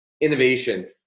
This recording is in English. innovation